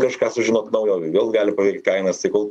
kažką sužinot naujo vėl gali paveikt kainas tai kol